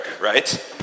right